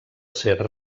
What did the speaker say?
ser